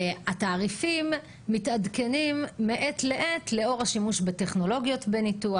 התעריפים מתעדכנים מעת לעת לאור השימוש בטכנולוגיות בניתוח.